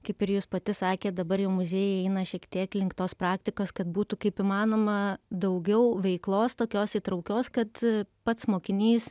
kaip ir jūs pati sakėt dabar jau muziejai eina šiek tiek link tos praktikos kad būtų kaip įmanoma daugiau veiklos tokios įtraukios kad pats mokinys